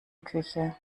küche